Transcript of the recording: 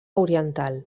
oriental